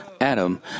Adam